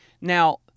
Now